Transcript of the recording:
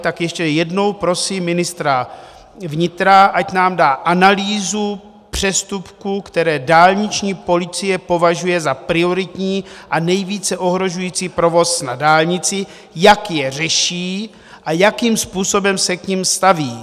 Tak ještě jednou prosím ministra vnitra, ať nám dá analýzu přestupků, které dálniční policie považuje za prioritní a nejvíce ohrožující provoz na dálnici, jak je řeší a jakým způsobem se k nim staví.